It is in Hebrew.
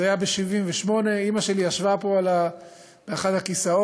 זה היה ב-78', אימא שלי ישבה פה באחד הכיסאות,